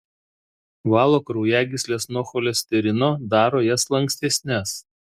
valo kraujagysles nuo cholesterino daro jas lankstesnes